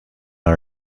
are